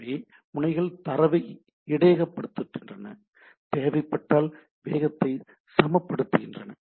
எனவே முனைகள் தரவை இடையகப்படுத்துகின்றன தேவைப்பட்டால் வேகத்தை சமப்படுத்துகின்றன